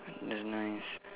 that's nice